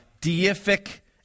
deific